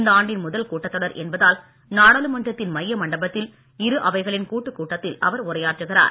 இந்த ஆண்டின் முதல் கூட்டத் தொடர் என்பதால் நாடாளுமன்றத்தின் மைய மண்டபத்தில் இரு அவைகளின் கூட்டுக் கூட்டத்தில் அவர் உரையாற்றுகிறார்